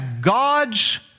God's